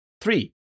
three